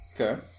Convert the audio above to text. Okay